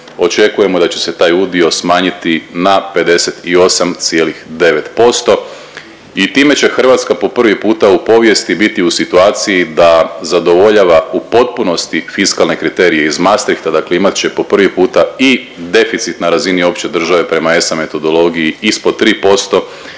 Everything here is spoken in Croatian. Očekujemo da će se taj udio smanjiti na 58,9% i time će Hrvatska po prvi puta u povijesti biti u situaciji da zadovoljava u potpunosti fiskalne kriterije iz Maastrichta, dakle imat će po prvi puta i deficit na razini opće države prema ESA metodologiji ispod 3%